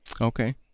Okay